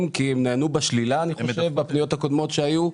כי הם נענו בשלילה בפניות הקודמות שהיו.